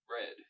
red